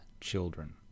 children